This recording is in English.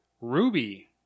Ruby